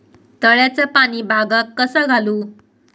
तळ्याचा पाणी बागाक कसा घालू?